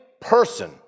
person